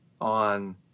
on